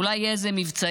אולי יהיו מבצעים,